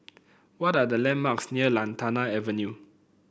what are the landmarks near Lantana Avenue